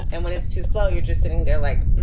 and when it's too slow, you're just sitting there like